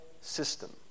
system